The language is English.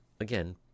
again